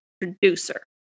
producer